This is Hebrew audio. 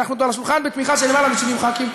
הנחנו אותו על השולחן בתמיכה של למעלה מ-70 ח"כים?